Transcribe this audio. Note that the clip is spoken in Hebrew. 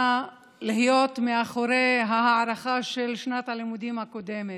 להיות אחרי ההערכה של שנת הלימודים הקודמת,